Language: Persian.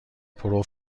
پرو